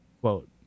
quote